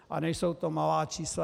A nejsou to malá čísla.